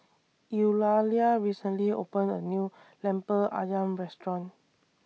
Eulalia recently opened A New Lemper Ayam Restaurant